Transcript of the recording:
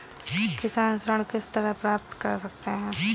किसान ऋण किस तरह प्राप्त कर सकते हैं?